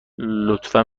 لطفا